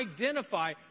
identify